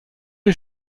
les